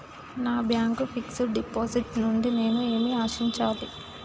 నా bank fixed deposit నుండి నేను ఏమి ఆశించాలి?